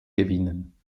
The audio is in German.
gewinnen